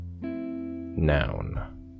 Noun